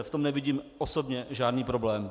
V tom nevidím osobně žádný problém.